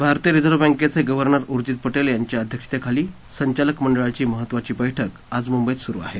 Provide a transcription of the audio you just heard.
भारतीय reserve bank of governor Urjit Patel यांच्या अध्यक्षतेखाली संचालक मंडळाची महत्वाची बैठक आज मुंबईत सुरु आहे